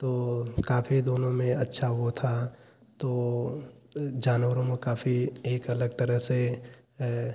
तो काफ़ी दोनो में अच्छा वह था तो जानवरों में काफ़ी एक अलग तरह से